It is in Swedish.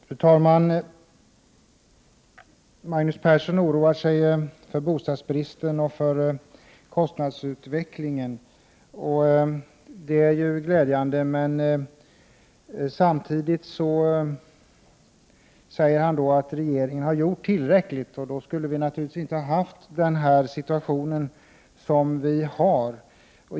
Fru talman! Magnus Persson oroar sig för bostadsbristen och för kostnadsutvecklingen. Det är ju glädjande. Samtidigt säger Magnus Persson att regeringen har gjort tillräckligt. Men då skulle vi naturligtvis inte ha haft den situation som vi nu har.